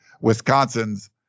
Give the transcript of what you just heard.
Wisconsin's